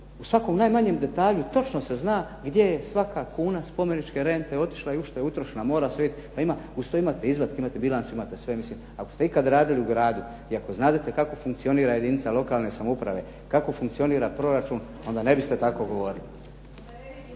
U svakom najmanjem detalju točno se zna gdje je svaka kuna spomeničke rente otišla i u što je utrošena. Mora se vidjeti. Uz to imate izvatke, imate bilancu, imate sve. Mislim, ako ste ikad radili u gradu i ako znate kako funkcionira jedinica lokalne samouprave, kako funkcionira proračun, onda ne biste tako govorili.